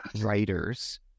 writers